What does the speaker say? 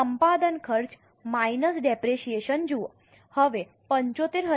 સંપાદન ખર્ચ minus depreciation જુઓ